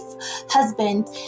husband